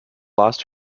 lost